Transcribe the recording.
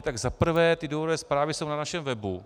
Tak za prvé ty důvodové zprávy jsou na našem webu.